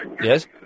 Yes